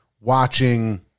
watching